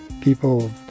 people